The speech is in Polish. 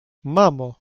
mamo